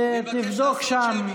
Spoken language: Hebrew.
תודה.